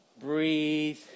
breathe